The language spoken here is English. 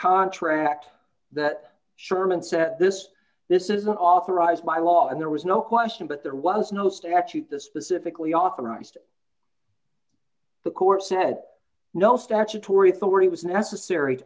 contract that sherman set this this is an authorized by law and there was no question but there was no statute to specifically authorized the court said no statutory authority was necessary